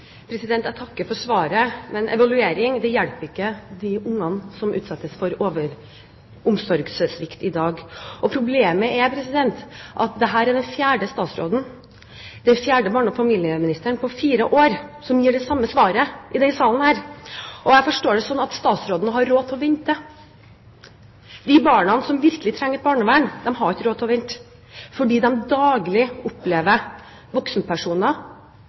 Jeg takker for svaret, men en evaluering hjelper ikke de barna som utsettes for omsorgssvikt i dag. Problemet er at dette er den fjerde barne- og familieministeren i løpet av fire år som gir det samme svaret i denne salen. Og jeg forstår det slik at statsråden har råd til å vente. De barna som virkelig trenger et barnevern, har ikke råd til å vente, fordi de daglig opplever voksenpersoner